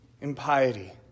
impiety